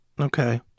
okay